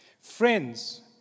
Friends